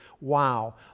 wow